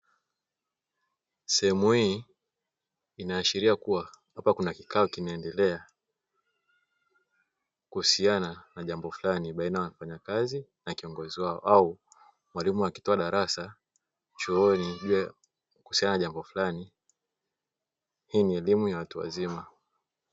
Sehemu hii inaashiria kuwa kuna kikao kina endelea kuhusiana na jambo flani baina ya wafanyakazi na kiongozi wao, au mwalimu akitoa darasa chuoni juu ya jambo fulani hii ni elimu ya watu wazima.